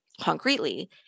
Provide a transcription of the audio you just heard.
concretely